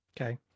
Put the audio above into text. Okay